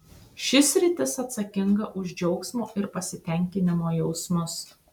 ši sritis atsakinga už džiaugsmo ir pasitenkinimo jausmus